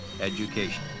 education